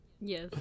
Yes